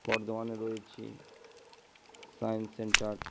বর্ধমানে রয়েছে science centre